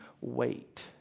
wait